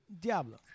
Diablo